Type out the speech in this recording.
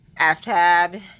Aftab